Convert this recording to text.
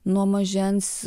nuo mažens